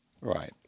Right